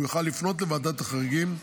הוא יוכל לפנות לוועדת החריגים,